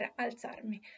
alzarmi